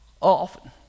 often